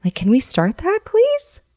like can we start that, please?